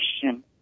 question